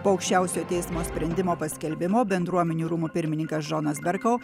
po aukščiausiojo teismo sprendimo paskelbimo bendruomenių rūmų pirmininkas džonas berkou